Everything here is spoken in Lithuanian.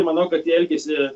manau kad jie elgėsi